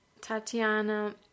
Tatiana